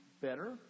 better